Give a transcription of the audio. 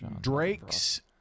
Drake's